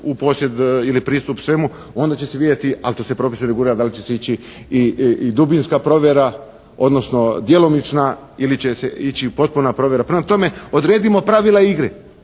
u posjed ili pristup svemu, onda će se vidjeti, ali tu se …/Govornik se ne razumije./… da li će se ići i dubinska provjera odnosno djelomična, ili će se ići potpuna provjera. Prema tome, odredimo pravila igre.